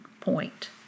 point